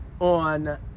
on